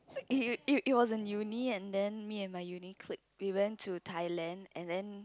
it it was in uni and then me and my uni clique we went to Thailand and then